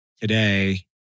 today